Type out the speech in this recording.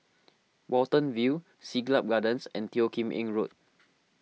Watten View Siglap Gardens and Teo Kim Eng Road